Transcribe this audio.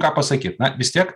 ką pasakyt na vis tiek